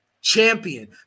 champion